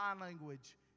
language